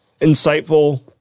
insightful